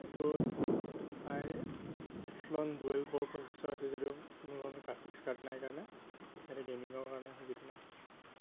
এইটোত প্ৰায় dual core processor আছে যদিও কোনো ধৰণৰ গ্ৰাফিক্স কাৰ্ড নাই কাৰণে এনে গেমিঙৰ কাৰণে সুবিধা নাই